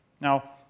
Now